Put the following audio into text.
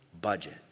budget